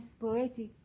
poetic